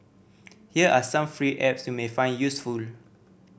here are some free apps you may find useful